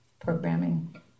programming